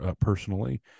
personally